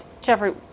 Jeffrey